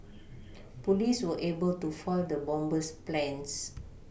police were able to foil the bomber's plans